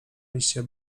liście